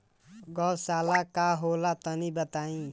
गौवशाला का होला तनी बताई?